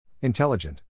Intelligent